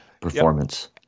performance